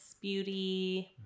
beauty